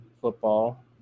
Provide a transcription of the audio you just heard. football